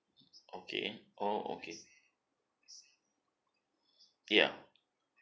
okay orh okay ya